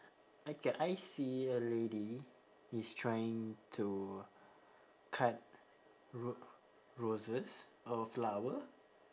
okay I see a lady is trying to cut ro~ roses or a flower